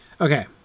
Okay